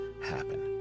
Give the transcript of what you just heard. happen